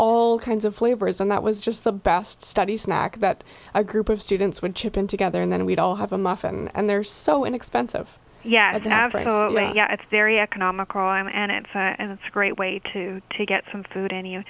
all kinds of flavors and that was just the best study smack about a group of students with chip in together and then we'd all have a muffin and they're so inexpensive yes absolutely yeah it's very economical and it's and it's a great way to to get some food any of